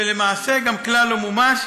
שלמעשה גם כלל לא מומש,